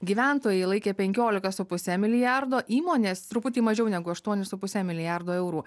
gyventojai laikė penkiolika su puse milijardo įmonės truputį mažiau negu aštuonis su puse milijardo eurų